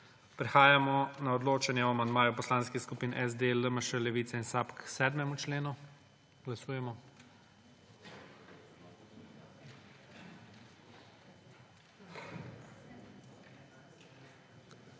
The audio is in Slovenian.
Prehajamo na odločanje o amandmaju Poslanskih skupin SD, LMŠ, Levica in SAB k 7. členu. Glasujemo.